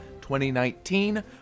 2019